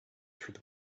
through